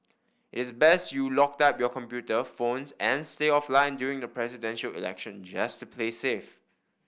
it's best you locked up your computer phones and stay offline during the Presidential Election just to play safe